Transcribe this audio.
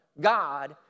God